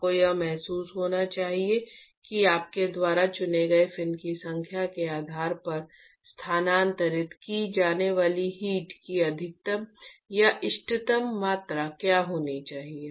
आपको यह महसूस होना चाहिए कि आपके द्वारा चुने गए फिन की संख्या के आधार पर स्थानांतरित की जाने वाली हीट की अधिकतम या इष्टतम मात्रा क्या होनी चाहिए